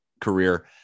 career